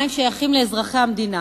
המים שייכים לאזרחי המדינה,